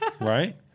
Right